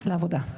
לעבודה.